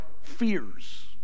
fears